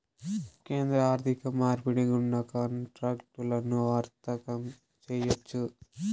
కేంద్ర ఆర్థిక మార్పిడి గుండా కాంట్రాక్టులను వర్తకం చేయొచ్చు